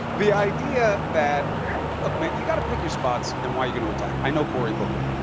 the idea that look, man, you've got to pick your spots and why you're going to attack. i know cory booker.